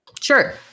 Sure